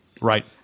Right